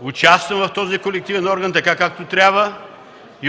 участвам в този колективен орган, така както трябва.